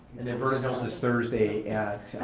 and then vernon hills' is thursday at.